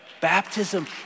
baptism